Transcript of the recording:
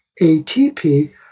ATP